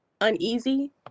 uneasy